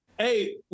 Hey